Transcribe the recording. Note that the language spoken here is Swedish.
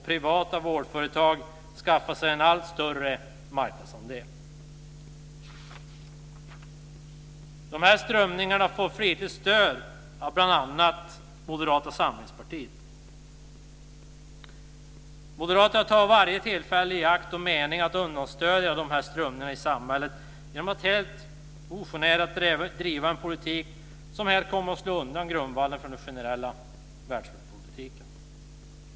Privata vårdföretag skaffar sig en allt större marknadsandel. De här strömningarna får flitigt stöd av bl.a. Moderata samlingspartiet. Moderaterna tar varje tillfälle i akt att understödja de här strömningarna i samhället genom att helt ogenerat driva en politik som kommer att slå undan grundvalen för den generella välfärdspolitiken.